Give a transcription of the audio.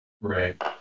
Right